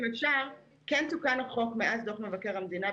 כן תוקן החוק מאז דוח מבקר המדינה,